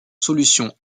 solution